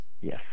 Yes